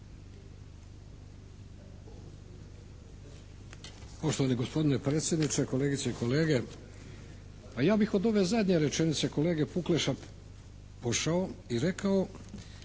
Poštovani gospodine predsjedniče! Kolegice i kolege! Pa ja bih od ove zadnje rečenice kolege Pukleša pošao i rekao